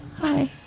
Hi